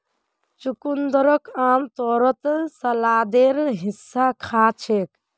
चुकंदरक आमतौरत सलादेर हिस्सा खा छेक